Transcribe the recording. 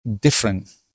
different